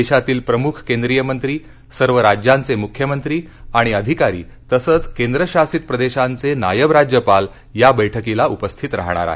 देशातील प्रमुख केंद्रीय मंत्री सर्व राज्यांचे मुख्यमंत्री आणि अधिकारी तसेच केंद्रशासित प्रदेशांचे नायब राज्यपाल या बैठकीला उपस्थित राहणार आहेत